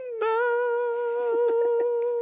No